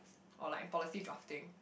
or like policy drafting